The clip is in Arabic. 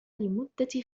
لمدة